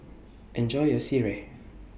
Enjoy your Sireh